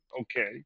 okay